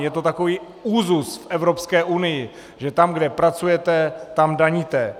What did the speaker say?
Je to takový úzus v Evropské unii, že tam, kde pracujete, tam daníte.